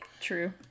True